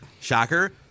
Shocker